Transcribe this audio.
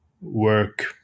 work